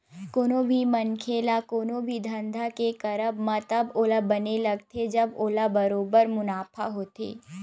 कोनो भी मनखे ल कोनो भी धंधा के करब म तब ओला बने लगथे जब ओला बरोबर मुनाफा होथे